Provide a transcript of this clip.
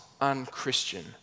unchristian